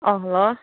ꯑꯥ hello